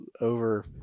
over